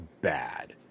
bad